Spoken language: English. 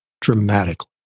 dramatically